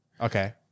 Okay